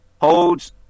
holds